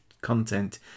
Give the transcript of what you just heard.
content